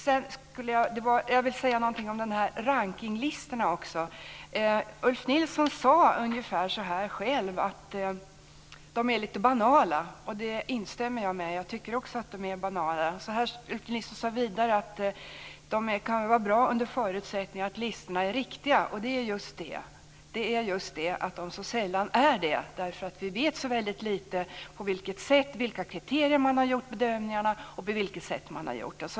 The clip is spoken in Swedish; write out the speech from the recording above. Jag ska säga något om de här rankningslistorna också. Ulf Nilsson sade själv ungefär så här: De är lite banala. Det instämmer jag i. Jag tycker också att de är banala. Ulf Nilsson sade vidare att de kan vara bra under förutsättning att de är riktiga. Och det är just det! De är så sällan riktiga, eftersom vi vet så lite om på vilket sätt och med vilka kriterier man har gjort bedömningarna.